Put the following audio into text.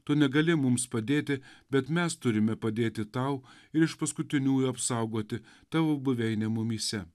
tu negali mums padėti bet mes turime padėti tau ir iš paskutiniųjų apsaugoti tavo buveinę mumyse